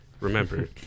Remember